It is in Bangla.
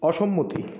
অসম্মতি